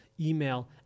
email